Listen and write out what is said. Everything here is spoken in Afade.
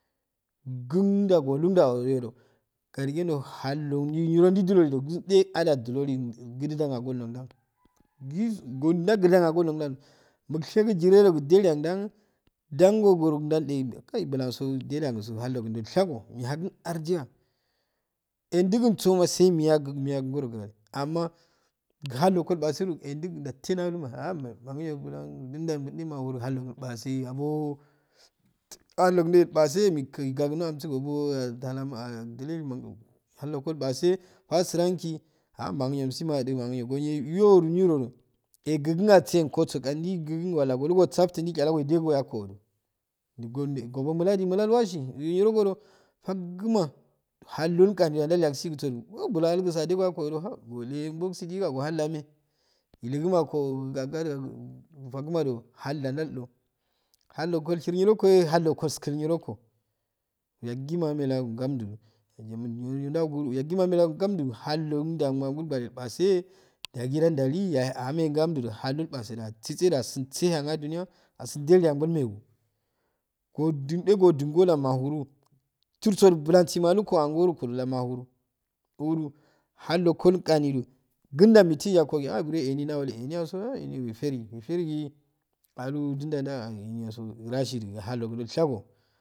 Gumdda golumddawo wedo ko adigendo hallodo niro ndodido duda ada didok agol noggan gi gogudan agol nogudado mughegu jire jilengudan dan goragudaya hey kayi bullan sso ndaliyaso halloguule ilshago mihakun ardiya edugusoma sayi miyagu miyagu ngoro ndalu amma gu hallogun ilpase nickagun ansuye yanga hallongo ilpase asirangi a manginyyo gi mosu maon madu manginyyo iyo pirodo egugu assanko so gani walla wolu go safttur ndo chalago idegogo ango oo gobo nwa mula noluasi nirodo godo faguma halldo gani andallyya sidigo ah bulo algu adegoyo ango odo woleye llbogogo lake illanako faguka do huda ndaldo halungo da itshar nyehi ilskku nyoko yagima amehelagu ngomddu niro ndawgu do yagima amehelaga nggandu holloudden mal bulbare ilpaseyeh halddo ilpase du atsise do dasi tshe dugi ashegal megu godunu echh goduna mahum chirsso bulangi malungo ow angoro ko la msunu wuru nollomgo gani do kundda mikle yakko gi ehh wure enya nda wok eniyaso wefem weferugu alu guda eniya so rashidu hallogundo ilshago.